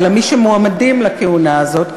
אלא מי שמועמדים לכהונה הזאת,